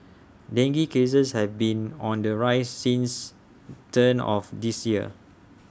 dengue cases have been on the rise since turn of the year